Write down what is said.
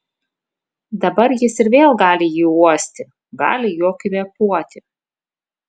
dabar jis ir vėl gali jį uosti gali juo kvėpuoti